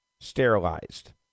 sterilized